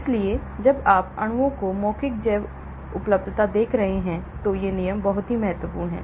इसलिए जब आप अणुओं की मौखिक जैवउपलब्धता देख रहे हैं तो ये नियम बहुत महत्वपूर्ण हैं